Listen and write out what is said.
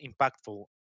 impactful